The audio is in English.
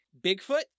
Bigfoot